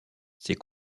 ces